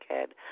kid